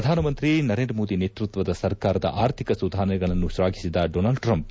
ಪ್ರಧಾನಮಂತ್ರಿ ನರೇಂದ್ರ ಮೋದಿ ನೇತೃತ್ವದ ಸರ್ಕಾರದ ಅರ್ಥಿಕ ಸುಧಾರಣೆಗಳನ್ನು ಶ್ಲಾಘಿಸಿದ ಡೊನಾಲ್ಡ್ ಟ್ರಂಪ್